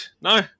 no